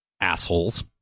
assholes